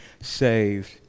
saved